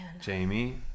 Jamie